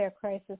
crisis